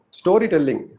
storytelling